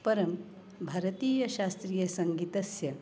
परं भारतीयशास्त्रीयसङ्गीतस्य